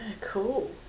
cool